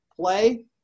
play